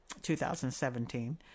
2017